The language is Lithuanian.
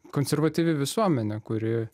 konservatyvi visuomenė kuri